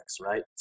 right